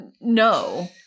no